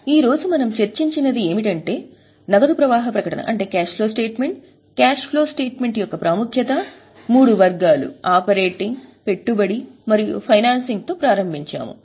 ఈ రోజు మనం చర్చించి నది ఏమిటంటే నగదు ప్రవాహ ప్రకటన నగదు ప్రవాహ ప్రకటన యొక్క ప్రాముఖ్యత మూడు వర్గాలు ఆపరేటింగ్ పెట్టుబడి మరియు ఫైనాన్సింగ్తో ప్రారంభించాము